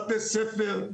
בתי ספר,